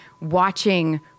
watching